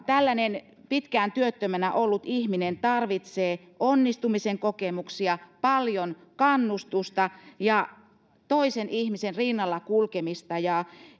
tällainen pitkään työttömänä ollut ihminen tarvitsee onnistumisen kokemuksia paljon kannustusta ja toisen ihmisen rinnalla kulkemista ja